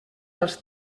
dels